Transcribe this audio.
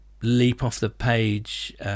leap-off-the-page